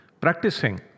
practicing